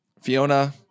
Fiona